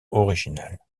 originale